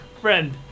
friend